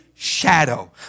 shadow